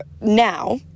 now